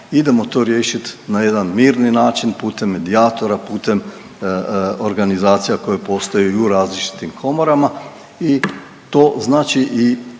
idemo to riješit na jedan mirni način putem medijatora, putem organizacija koje postoje i u različitim komorama i to znači i